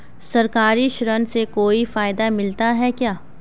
सरकारी ऋण से कोई फायदा मिलता है क्या?